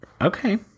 Okay